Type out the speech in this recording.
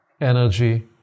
energy